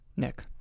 Nick